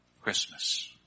Christmas